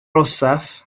orsaf